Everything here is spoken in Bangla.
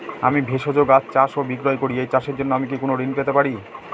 আমি ভেষজ গাছ চাষ ও বিক্রয় করি এই চাষের জন্য আমি কি কোন ঋণ পেতে পারি?